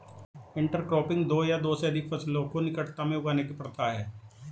intercropping दो या दो से अधिक फसलों को निकटता में उगाने की प्रथा है